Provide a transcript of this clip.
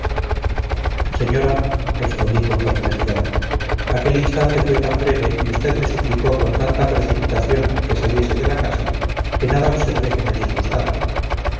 señora respondí con perplejidad aquel instante fue tan breve y usted me suplicó con tanta precipitación que saliese de la casa que nada observé que me disgustara